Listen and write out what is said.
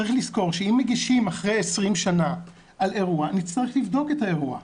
צריך לזכור שאם מגישים אחרי 20 שנה על אירוע נצטרך לבדוק את האירוע,